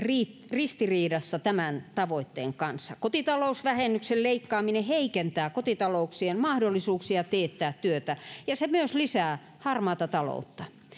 ristiriidassa tämän tavoitteen kanssa kotitalousvähennyksen leikkaaminen heikentää kotitalouksien mahdollisuuksia teettää työtä ja se myös lisää harmaata taloutta